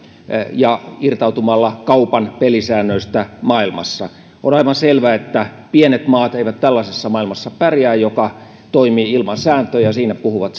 ja irtautumalla kaupan pelisäännöistä maailmassa on aivan selvä että pienet maat eivät pärjää tällaisessa maailmassa joka toimii ilman sääntöjä siinä puhuvat